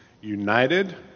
united